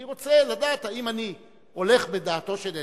אני רוצה לדעת אם אני הולך בדעתו של אדלשטיין,